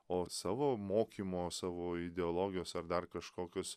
o savo mokymo savo ideologijos ar dar kažkokius